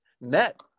met